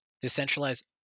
Decentralized